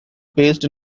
based